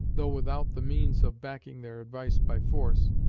though without the means of backing their advice by force,